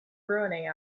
ruining